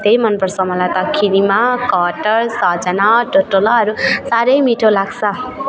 त्यही मन पर्छ मलाई त किनिमा कटहर सजाना टोटोलाहरू साह्रै मिठो लाग्छ